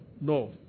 no